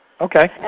Okay